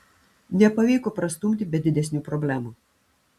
nepavyko prastumti be didesnių problemų